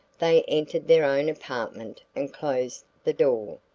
they entered their own apartment and closed the door.